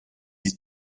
die